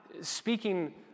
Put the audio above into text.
speaking